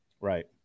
right